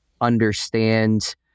understand